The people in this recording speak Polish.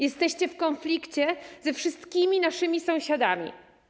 Jesteście w konflikcie ze wszystkimi naszymi sąsiadami.